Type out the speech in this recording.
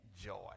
joy